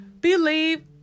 Believe